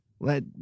Let